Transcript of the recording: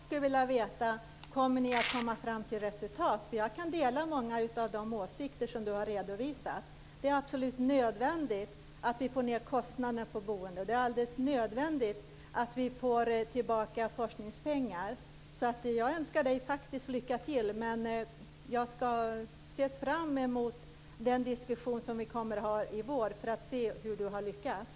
Fru talman! Att föra en diskussion kan vara bra, men jag skulle vilja veta: Kommer ni att komma fram till resultat? Jag kan dela många av de åsikter som Owe Hellberg här har redovisat. Det är absolut nödvändigt att vi får ned kostnaderna för boendet och att vi får tillbaka forskningspengar, så jag önskar faktiskt Owe Hellberg lycka till. Jag skall se fram emot den diskussion vi kommer att ha i vår och att se hur han har lyckats.